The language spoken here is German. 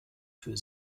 für